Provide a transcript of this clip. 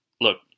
look